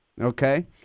okay